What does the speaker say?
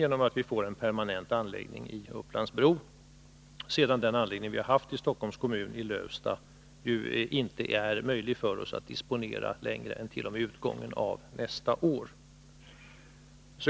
Det blir nämligen en permanent anläggning i Upplands-Bro, eftersom anläggningen i Lövsta inte får disponeras längre än till utgången av nästa år.